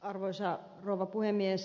arvoisa rouva puhemies